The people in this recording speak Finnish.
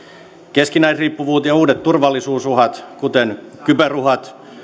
keskinäisriippuvuus ja uudet turvallisuusuhat kuten kyberuhat